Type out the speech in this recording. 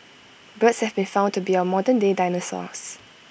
birds have been found to be our modernday dinosaurs